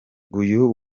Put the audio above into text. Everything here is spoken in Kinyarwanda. uyu